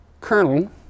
kernel